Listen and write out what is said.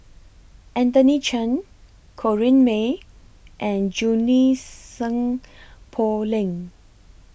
Anthony Chen Corrinne May and Junie Sng Poh Leng